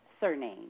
surname